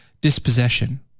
dispossession